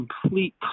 complete